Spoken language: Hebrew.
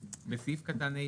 בסעיף קטן (ה)